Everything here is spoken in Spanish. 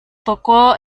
tocó